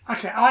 Okay